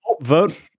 vote